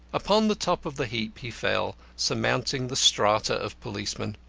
upon the top of the heap he fell, surmounting the strata of policemen.